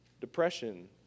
depression